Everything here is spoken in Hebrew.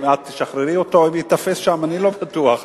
אם את תשחררי אותו הוא ייתפס שם, אני לא בטוח.